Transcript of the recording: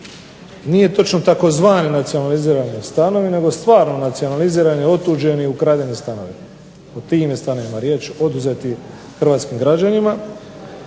nije točno tzv. nacionalizirani stanovi, nego stvarno nacionalizirani, otuđeni, ukradeni stanovi, o tim je stanovima riječ, oduzeti Hrvatskim građanima.